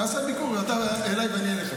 נעשה ביקור, אתה אליי ואני אליך.